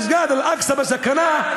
מסגד אל-אקצא בסכנה,